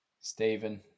Stephen